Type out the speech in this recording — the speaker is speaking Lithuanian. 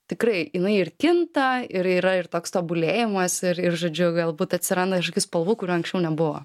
tikrai jinai ir kinta ir yra ir toks tobulėjimas ir ir žodžiu galbūt atsiranda kažkokių spalvų kurių anksčiau nebuvo